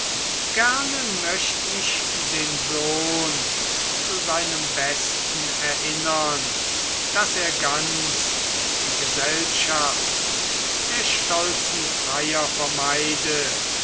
gerne möcht ich den sohn zu seinem besten erinnern daß er ganz die gesellschaft der stolzen freier vermiede